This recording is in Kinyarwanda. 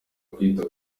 kwita